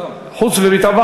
חוץ וביטחון.